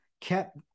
kept